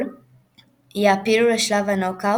דבר שקרה בעבר במשחקי גביע העולם,